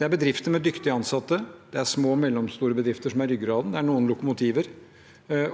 Det er bedrifter med dyktige ansatte, og det er små og mellomstore bedrifter som er ryggraden. Det er noen lokomotiver,